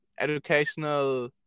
Educational